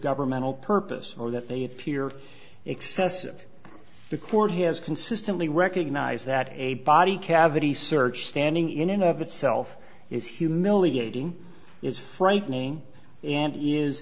governmental purpose or that they appear excessive the court has consistently recognize that a body cavity search standing in and of itself is humiliating is frightening and i